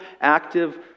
active